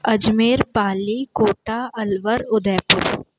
Ajmer Pali Kota Alwar Udaipur